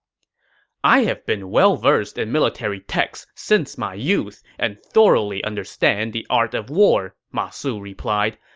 i have been well-versed in military texts since my youth and thoroughly understand the art of war, ma su replied.